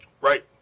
Right